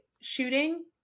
shooting